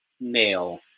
male